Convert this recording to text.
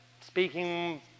Speaking